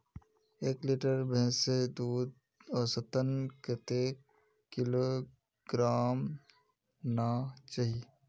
एक लीटर भैंसेर दूध औसतन कतेक किलोग्होराम ना चही?